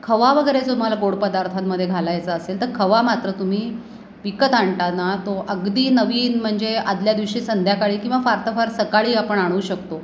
खवा वगैरे जो तुम्हाला गोड पदार्थांमध्ये घालायचा असेल तर खवा मात्र तुम्ही विकत आणताना तो अगदी नवीन म्हणजे आधल्या दिवशी संध्याकाळी किंवा फार तर फार सकाळी आपण आणू शकतो